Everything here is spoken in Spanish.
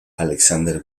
alexander